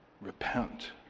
repent